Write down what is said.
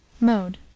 Mode